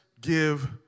give